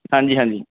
ਹਾਂਜੀ ਹਾਂਜੀ